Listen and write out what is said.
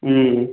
ம்